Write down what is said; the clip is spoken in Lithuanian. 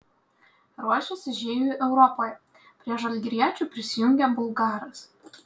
ruošiasi žygiui europoje prie žalgiriečių prisijungė bulgaras